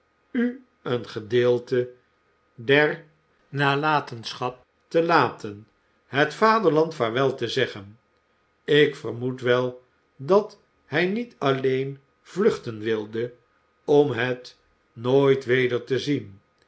u een gedeelte der nalatenschap te laten het vaderland vaarwel te zeggen ik vermoedde wel dat hij niet alleen vluchten wilde om het nooit weder te zien